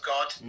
God